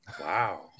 Wow